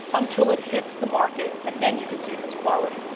until it hits the market, and then you could see if its quality.